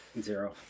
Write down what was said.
Zero